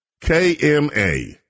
KMA